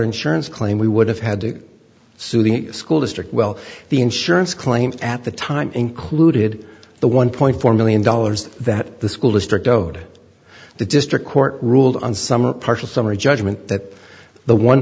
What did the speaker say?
insurance claim we would have had to sue the school district well the insurance claim at the time included the one point four million dollars that the school district owed the district court ruled on some a partial summary judgment that the one